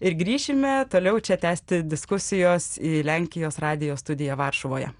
ir grįšime toliau čia tęsti diskusijos į lenkijos radijo studiją varšuvoje